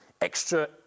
extra